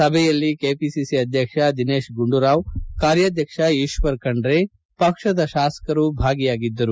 ಸಭೆಯಲ್ಲಿ ಕೆಪಿಸಿಸಿ ಅಧ್ಯಕ್ಷ ದಿನೇಶ್ ಗುಂಡೂರಾವ್ಕಾರ್ಯಾಧ್ಯಕ್ಷ ಈಶ್ವರ್ ಖಂಡ್ರೆ ಪಕ್ಷದ ಶಾಸಕರು ಭಾಗಿಯಾಗಿದ್ದರು